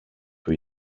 του